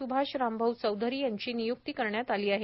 सुभाष रामभाऊ चौधरी यांची निय्क्ती करण्यात आली आहे